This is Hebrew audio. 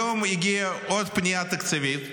היום הגיעה עוד פנייה תקציבית,